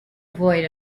avoid